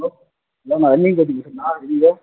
hello hello நான் ஹரிணி